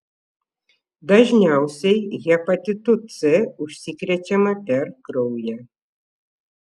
dažniausiai hepatitu c užsikrečiama per kraują